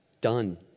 Done